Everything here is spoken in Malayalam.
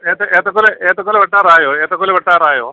ഏത്തക്കൊല ഏത്തക്കൊല വെട്ടാറായോ ഏത്തക്കൊല വെട്ടാറായോ